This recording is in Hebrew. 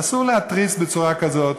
אסור להתריס בצורה כזאת.